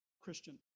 Christian